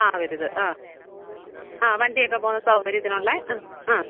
ആവരുത് ആ വണ്ടി ഒക്കെ പോകുന്ന സൗകര്യത്തിനുള്ള ആഹ് ആ